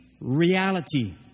reality